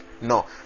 No